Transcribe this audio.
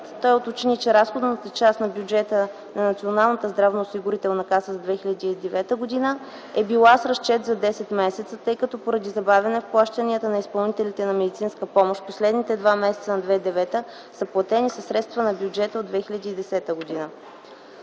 Той уточни че, разходната част на Бюджета на Националната здравноосигурителна каса за 2009 г. е била с разчет за 10 месеца, тъй като поради забавяне в плащанията на изпълнителите на медицинска помощ, последните два месеца на 2009 г. са платени със средства от Бюджета за 2010 г.